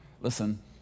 Listen